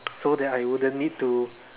so that I wouldn't need to